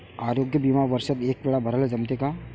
आरोग्य बिमा वर्षात एकवेळा भराले जमते का?